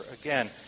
again